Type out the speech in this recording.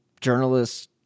journalists